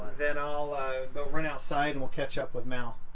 then i'll run outside and we'll catch up with mal.